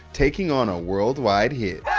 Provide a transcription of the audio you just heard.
taking on a worldwide hit.